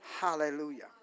Hallelujah